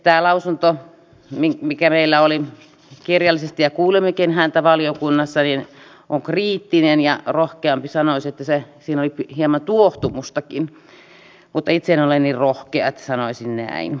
tämä lausunto mikä meillä oli kirjallisesti ja kuulimmekin häntä valiokunnassa on kriittinen ja rohkeampi sanoisi että siinä oli hieman tuohtumustakin mutta itse en ole niin rohkea että sanoisin näin